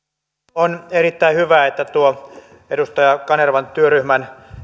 on erittäin hyvä että tuo edustaja kanervan työryhmän